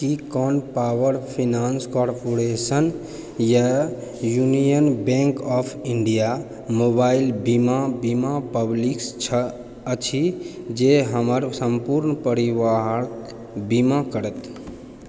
की कोनो power finance corporation या Union Bank of India mobile बीमा पॉलिसी अछि जे हमर सम्पूर्ण परिवारके बीमा करत